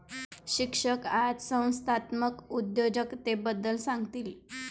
शिक्षक आज संस्थात्मक उद्योजकतेबद्दल सांगतील